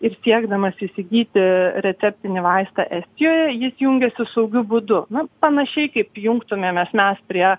ir siekdamas įsigyti receptinį vaistą estijoje jis jungiasi saugiu būdu na panašiai kaip jungtumėmės mes prie